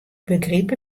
begryp